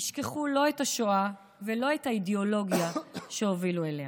ישכחו את השואה ואת האידיאולוגיה שהובילה אליה.